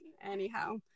Anyhow